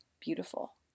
beautiful